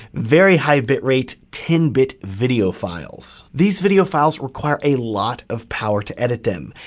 very high bit rate, ten bit video files. these video files require a lot of power to edit them.